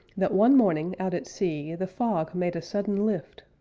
that one morning, out at sea, the fog made a sudden lift,